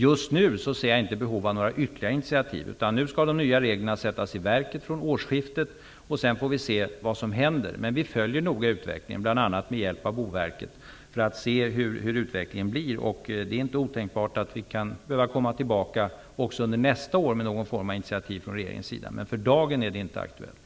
Just nu ser jag inte behov av några ytterligare initiativ. Nu skall de nya reglerna sättas i verket fr.o.m. årsskiftet. Sedan får vi se vad som händer. Vi följer noga utvecklingen, bl.a. med hjälp av Boverket. Det är inte otänkbart att vi kan behöva återkomma även under nästa år med någon form av initiativ från regeringens sida. Men för dagen är det inte aktuellt.